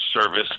service